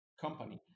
company